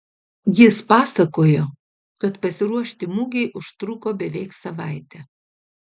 jis pasakojo kad pasiruošti mugei užtruko beveik savaitę